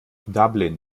dublin